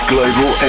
Global